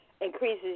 increases